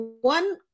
one